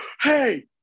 hey